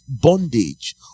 bondage